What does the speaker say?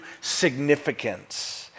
significance